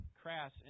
crass